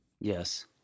Yes